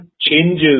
changes